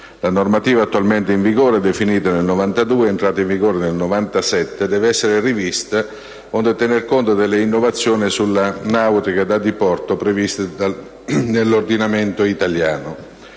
La normativa attualmente in vigore, definita nel 1992 ed entrata in vigore nel 1997, deve essere rivista onde tener conto delle innovazioni sulla nautica da diporto previste nell'ordinamento italiano.